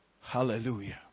Hallelujah